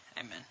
Amen